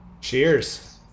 Cheers